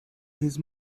his